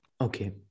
Okay